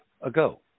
ago